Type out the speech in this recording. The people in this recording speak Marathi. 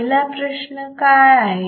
पहिला प्रश्न काय आहे